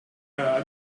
are